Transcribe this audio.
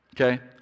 okay